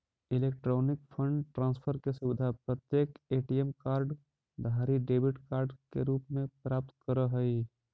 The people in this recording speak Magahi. इलेक्ट्रॉनिक फंड ट्रांसफर के सुविधा प्रत्येक ए.टी.एम कार्ड धारी डेबिट कार्ड के रूप में प्राप्त करऽ हइ